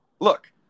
Look